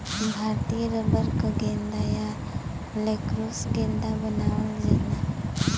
भारतीय रबर क गेंदा या लैक्रोस गेंदा बनावल जाला